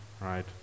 right